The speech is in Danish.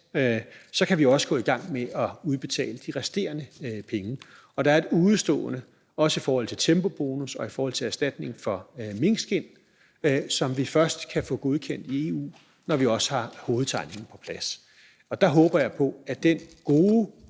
kan vi også gå i gang med at udbetale de resterende penge. Og der er et udestående, også i forhold til tempobonus og i forhold til erstatning for minkskind, som vi først kan få godkendt i EU, når vi har hovedtegningen på plads. Og der håber jeg på, at den gode,